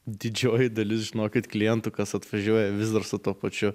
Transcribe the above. didžioji dalis žinokit klientų kas atvažiuoja vis dar su tuo pačiu